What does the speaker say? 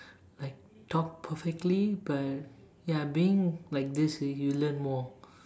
like talk perfectly but ya being like this you you learn more